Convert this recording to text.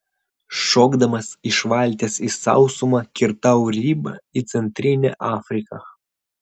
šokdamas iš valties į sausumą kirtau ribą į centrinę afriką